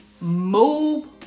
move